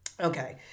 Okay